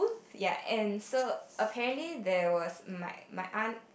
ya and so apparently there was my my aunt